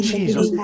Jesus